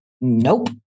Nope